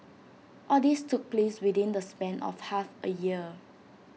all this took place within the span of half A year